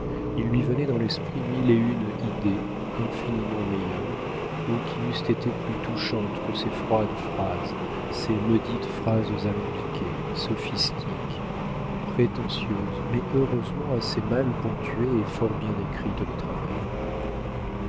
il lui venait dans l'esprit mille et une idées infiniment meilleures ou qui eussent été plus touchantes que ses froides phrases ses maudites phrases alambiquées sophistiques prétentieuses mais heureusement assez mal ponctuées et fort bien écrites de travers